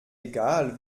egal